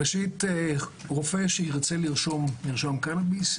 רופא שירצה לרשום מרשם לקנביס,